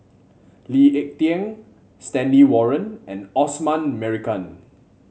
Lee Ek Tieng Stanley Warren and Osman Merican